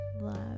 love